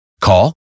Call